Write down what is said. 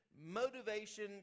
motivation